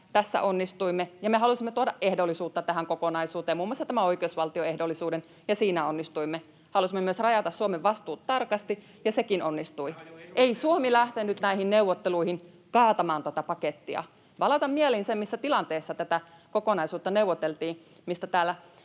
tässä onnistuimme, ja me halusimme tuoda ehdollisuutta tähän kokonaisuuteen, muun muassa tämän oikeusvaltioehdollisuuden, ja siinä onnistuimme. Halusimme myös rajata Suomen vastuut tarkasti, ja sekin onnistui. [Mauri Peltokankaan välihuuto] Ei Suomi lähtenyt näihin neuvotteluihin kaatamaan tätä pakettia. Palautan mieliin sen, missä tilanteessa tätä kokonaisuutta neuvoteltiin, mistä täällä